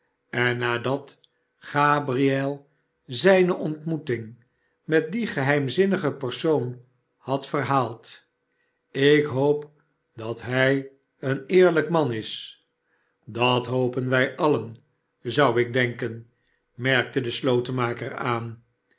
en nadat gabriel zijne ontmoeting met dien geheimzinnigen persoon had verhaald ik hoop dat hij een eerlijk man is dat hopen wij alien zou ik denken merkte de slotenmaker aan